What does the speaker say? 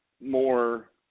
more